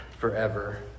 forever